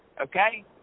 Okay